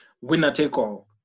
winner-take-all